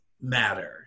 matter